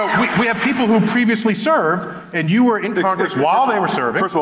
we have people who previously served, and you were in congress while they were serving. so